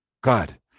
God